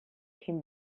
came